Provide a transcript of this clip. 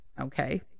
Okay